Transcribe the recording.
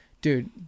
Dude